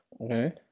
Okay